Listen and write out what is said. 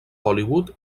hollywood